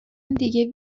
دیگه